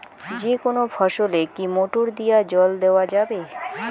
যেকোনো ফসলে কি মোটর দিয়া জল দেওয়া যাবে?